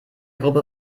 gruppe